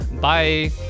bye